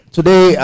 Today